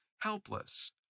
helpless